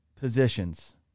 positions